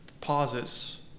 pauses